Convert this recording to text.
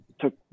took